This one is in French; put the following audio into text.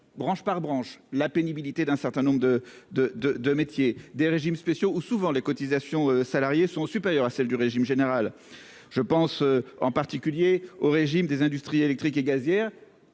branche par branche, la pénibilité d'un certain nombre de métiers. Dans ces régimes spéciaux, les cotisations des salariés sont souvent supérieures à celles du régime général. Je pense en particulier au régime des industries électriques et gazières